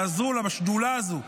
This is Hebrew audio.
תעזרו לשדולה הזאת.